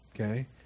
Okay